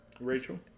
Rachel